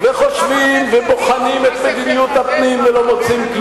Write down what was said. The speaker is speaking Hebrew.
צריך לפתוח את העיתון.